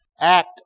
act